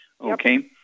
Okay